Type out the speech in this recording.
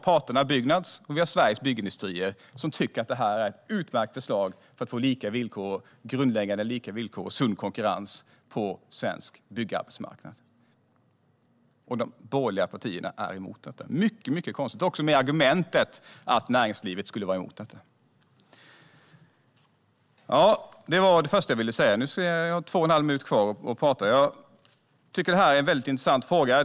Parterna Byggnads och Sveriges Byggindustrier tycker att det här är ett utmärkt förslag för att få grundläggande lika villkor och sund konkurrens på svensk byggarbetsmarknad. Men de borgerliga partierna är emot det, med argumentet att näringslivet skulle vara emot detta. Det är mycket konstigt. Det här är en intressant fråga.